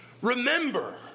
remember